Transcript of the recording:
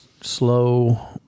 slow